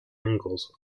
angles